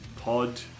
pod